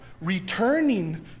returning